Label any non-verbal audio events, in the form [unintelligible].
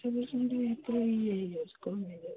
[unintelligible] ହେଥିଲାଗି ଇଏ ହେଇଯାଉଛି କମ୍ ହେଇଯାଉଛି